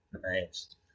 Nice